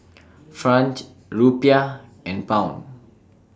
Franch Rupiah and Pound